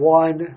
one